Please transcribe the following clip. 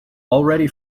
already